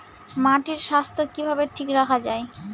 মাটির স্বাস্থ্য কিভাবে ঠিক রাখা যায়?